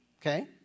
Okay